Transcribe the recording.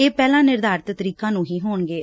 ਇਹ ਪਹਿਲਾਂ ਨਿਰਧਾਰਤ ਤਰੀਕਾਂ ਨੂੰ ਹੀ ਹੋਣਗੇ